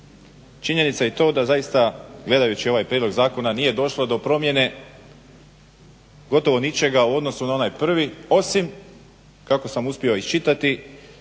Činjenica je i to da zaista gledajući ovaj prijedlog zakona nije došlo do promjene gotovo ničega u odnosu na onaj prvi, osim kako sam uspio iščitati